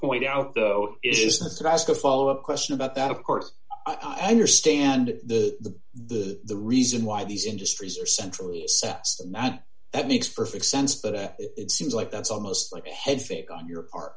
point out though is that could ask a follow up question about that of course i understand the the the reason why these industries are centrally is that it makes perfect sense but it seems like that's almost like a head fake on your part